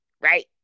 right